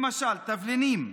תבלינים,